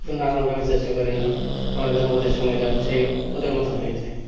নানানভাবে চেষ্টা করে না আমরা যেন ওদের সঙ্গে যেন সেই ওদের মতন হয়ে যাই